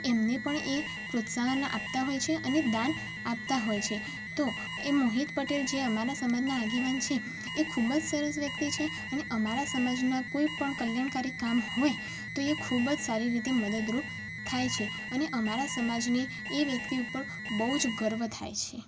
તો એમને પણ એ પ્રોત્સાહન આપતા હોય છે અને દાન આપતા હોય છે તો એ મોહિત પટેલ જે અમારા સમાજના આગેવાન છે એ ખૂબ જ સરસ વ્યક્તિ છે અને અમારા સમાજના કોઈ પણ કલ્યાણકારી કામ હોય તો એ ખૂબ જ સારી રીતે મદદરૂપ થાય છે અને અમારા સમાજને એ વ્યક્તિ ઉપર બહુ જ ગર્વ થાય છે